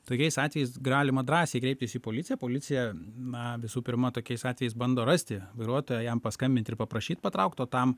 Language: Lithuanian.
tokiais atvejais galima drąsiai kreiptis į policiją policija na visų pirma tokiais atvejais bando rasti vairuotoją jam paskambinti ir paprašyt patraukt o tam